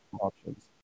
options